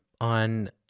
on